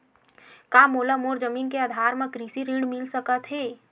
का मोला मोर जमीन के आधार म कृषि ऋण मिल सकत हे?